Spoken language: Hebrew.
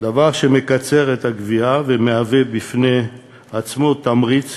דבר שמקצר את הגבייה ומהווה בפני עצמו תמריץ